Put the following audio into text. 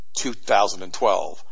2012